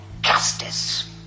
justice